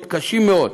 מתקשים מאוד,